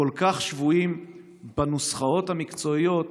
כל כך שבויים בנוסחאות המקצועיות,